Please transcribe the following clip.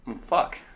Fuck